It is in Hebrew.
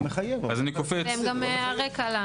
הן גם הרקע.